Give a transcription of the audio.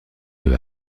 peu